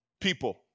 people